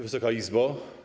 Wysoka Izbo!